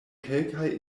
kelkaj